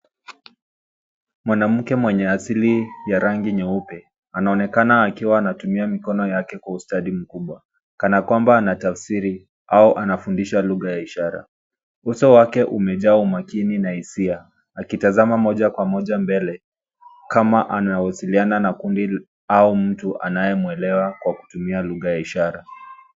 Mwanamke mwenye asili ya rangi nyeupe anaonekana akiwa anatumia mikono yake kwa ustadi mkubwa kana kwamba anatafsiri au anafundishwa lugha ya ishara. Uso wake umejaa umakini, na hisia akitazama moja kwa moja mbele kama anawasiliana na kundi au mtu anayemuelewa kwa kutumia lugha ya ishara.